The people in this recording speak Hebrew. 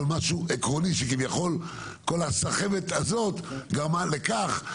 על משהו עקרוני שכביכול כל הסחבת הזאת גרמה לכך,